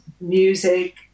music